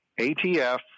ATF